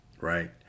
right